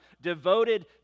devoted